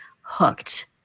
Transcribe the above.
hooked